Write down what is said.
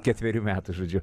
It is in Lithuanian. ketverių metų žodžiu